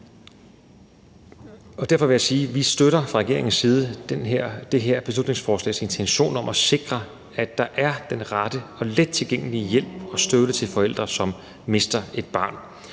Derfor vil jeg sige, at vi fra regeringens side støtter det her beslutningsforslags intention om at sikre, at der er den rette og lettilgængelige hjælp og støtte til forældre, som mister et barn.